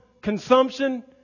consumption